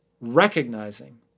recognizing